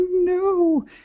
no